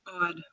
odd